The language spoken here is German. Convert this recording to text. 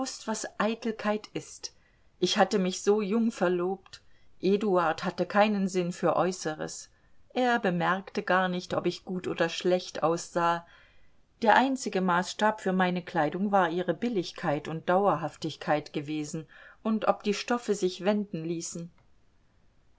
was eitelkeit ist ich hatte mich so jung verlobt eduard hatte keinen sinn für äußeres er bemerkte gar nicht ob ich gut oder schlecht aussah der einzige maßstab für meine kleidung war ihr billigkeit und dauerhaftigkeit gewesen und ob die stoffe sich wenden ließen